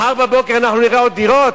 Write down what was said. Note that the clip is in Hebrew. מחר בבוקר אנחנו נראה עוד דירות?